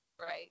Right